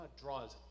draws